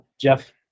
Jeff